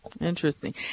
Interesting